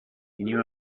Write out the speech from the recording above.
knew